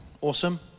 Awesome